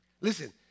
Listen